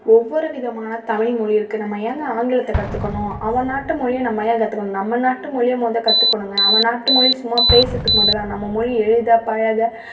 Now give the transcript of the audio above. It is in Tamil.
ஒவ்வொரு விதமான தலைமொழி இருக்குது நம்ம ஏங்க ஆங்கிலத்தை கற்றுக்கணும் அவன் நாட்டு மொழிய நம்ம ஏன் கற்றுக்கணும் நம்ம நாட்டு மொழிய முத கற்றுக்கணுங்க அவன் நாட்டு மொழி சும்மா பேசுகிறதுக்கு மட்டும்தான் நம்ம மொழி எழுத பழக